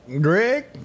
Greg